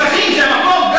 זה אזרחים, זה המקום.